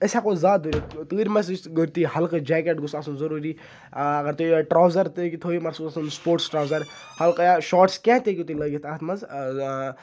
أسۍ ہیٚکو زیادٕ دوٗرِتھ تۭرِ منٛز ہلکہٕ جیکیٹ گوٚژھ آسُن ضروٗری اَگر تُہۍ ٹروزر تہِ تھٲیو مگر سُہ گوژھ آسُن سُپوٹٕس ٹروزر ہلکہٕ شاٹٕس کیٚنہہ تہِ ہیٚکِو تُہۍ لٲگِتھ اَتھ منٛز